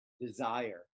desire